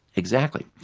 exactly,